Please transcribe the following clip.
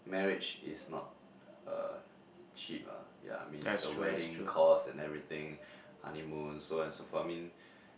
marriage is not a cheap ah yeah I mean the wedding cost and everything honeymoon so on and so forth I mean